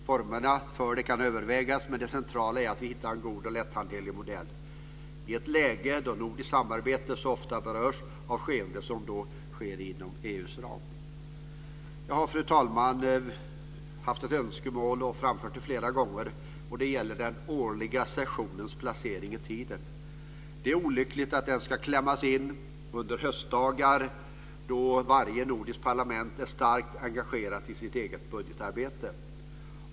Formerna för det kan övervägas, men det centrala är att vi hittar en god och lätthanterlig modell i ett läge då nordiskt samarbete så ofta berörs av skeenden inom EU:s ram. Fru talman! Jag har ett önskemål som jag har framfört flera gånger. Det gäller den årliga sessionens placering i tiden. Det är olyckligt att den ska klämmas in under höstdagar då varje nordiskt parlament är starkt engagerat i sitt eget budgetarbete.